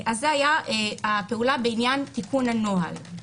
זאת היתה הפעולה בעניין תיקון הנוהל.